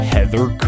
Heather